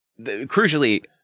crucially